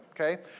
okay